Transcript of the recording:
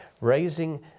raising